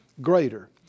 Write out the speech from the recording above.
greater